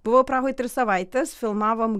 buvau prahoj tris savaites filmavom